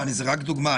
זה רק דוגמה.